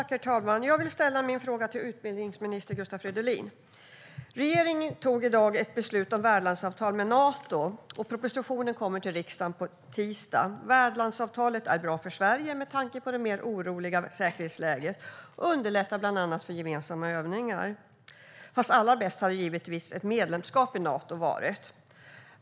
Herr talman! Jag vill ställa min fråga till utbildningsminister Gustav Fridolin. Regeringen tog i dag ett beslut om värdlandsavtal med Nato. Propositionen kommer till riksdagen på tisdag. Värdlandsavtalet är bra för Sverige med tanke på det mer oroliga säkerhetsläget och underlättar bland annat för gemensamma övningar. Men allra bäst hade givetvis ett medlemskap i Nato varit.